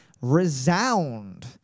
resound